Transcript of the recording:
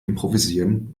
improvisieren